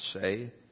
say